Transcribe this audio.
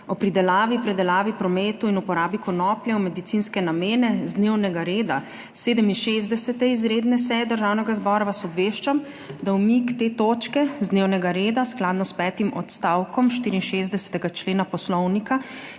o pridelavi, predelavi, prometu in uporabi konoplje v medicinske namene z dnevnega reda 67. izredne seje Državnega zbora, vas obveščam, da umik te točke z dnevnega reda skladno s petim odstavkom 64. člena Poslovnika